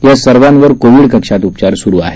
या सर्वांवर कोविड कक्षात उपचार सुरू आहेत